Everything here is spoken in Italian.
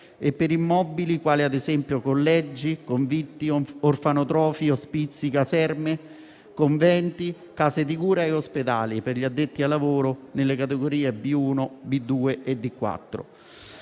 e per immobili quali - ad esempio - collegi, convitti, orfanotrofi, ospizi, caserme, conventi, case di cura e ospedali per gli addetti ai lavori nelle categorie B1, B2 e D4.